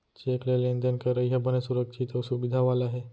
cheque ले लेन देन करई ह बने सुरक्छित अउ सुबिधा वाला हे